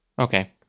Okay